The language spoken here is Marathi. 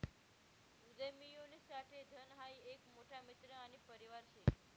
उदयमियोना साठे धन हाई एक मोठा मित्र आणि परिवार शे